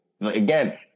Again